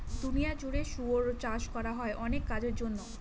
দুনিয়া জুড়ে শুয়োর চাষ করা হয় অনেক কাজের জন্য